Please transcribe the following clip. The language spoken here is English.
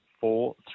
four